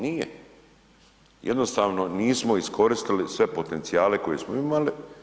Nije, jednostavno nismo iskoristili sve potencijale koje smo imali.